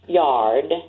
yard